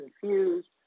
confused